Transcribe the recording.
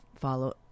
follow